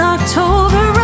October